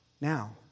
Now